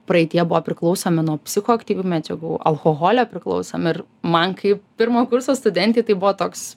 praeityje buvo priklausomi nuo psichoaktyvių medžiagų alkoholio priklausomi ir man kaip pirmo kurso studentei tai buvo toks